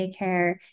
daycare